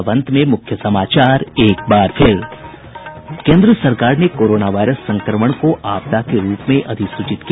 और अब अंत में मुख्य समाचार एक बार फिर केंद्र सरकार ने कोरोना वायरस संक्रमण को आपदा के रूप में अधिसूचित किया